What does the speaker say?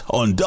on